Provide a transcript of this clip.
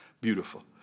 beautiful